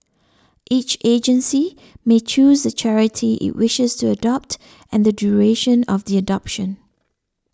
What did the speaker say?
each agency may choose the charity it wishes to adopt and the duration of the adoption